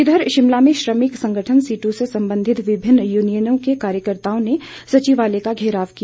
इधर शिमला में श्रमिक संगठन सीटू से संबंधित विभिन्न यूनियनों के कार्यकर्ताओं ने सचिवालय का घेराव किया